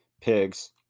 pigs